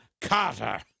Carter